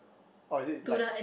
or is it like